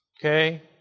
okay